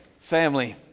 Family